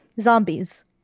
zombies